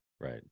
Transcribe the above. Right